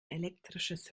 elektrisches